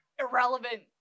Irrelevant